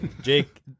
Jake